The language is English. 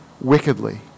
wickedly